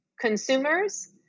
Consumers